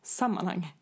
sammanhang